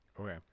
Okay